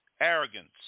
Arrogance